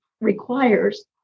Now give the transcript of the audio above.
requires